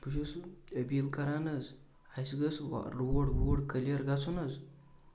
بہٕ چھُس اپیٖل کَران حظ اَسہِ گٔژھَ روڈ ووڈ کٔلیر گژھُن حظ